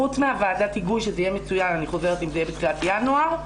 חוץ מוועדת ההיגוי שזה יהיה מצוין אם זה יהיה בתחילת ינואר,